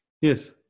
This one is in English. Yes